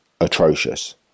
atrocious